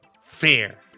fair